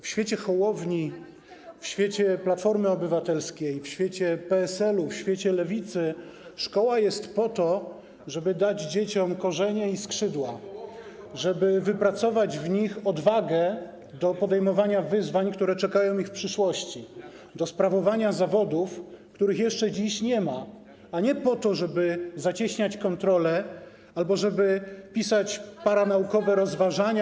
W świecie Hołowni, w świecie Platformy Obywatelskiej, w świecie PSL-u, w świecie Lewicy szkoła jest po to, żeby dać dzieciom korzenie i skrzydła, żeby wypracować w nich odwagę do podejmowania wyzwań, które czekają ich w przyszłości, do sprawowania zawodów, których jeszcze dziś nie ma, a nie po to, żeby zacieśniać kontrolę albo żeby pisać paranaukowe rozważania.